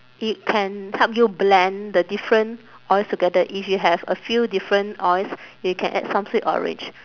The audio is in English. it can help you blend the different oils together if you have a few different oils you can add some sweet orange